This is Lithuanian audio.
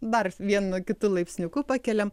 dar vienu kitu laipsniuku pakeliam